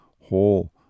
whole